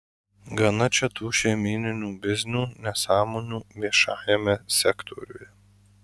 gana čia tų šeimyninių biznių nesąmonių viešajame sektoriuje